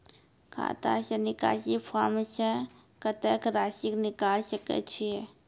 खाता से निकासी फॉर्म से कत्तेक रासि निकाल सकै छिये?